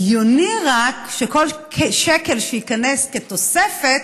רק הגיוני שכל שקל שייכנס כתוספת